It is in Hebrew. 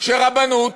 שרבנות